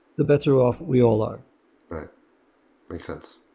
the better off we all are are makes sense.